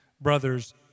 Brothers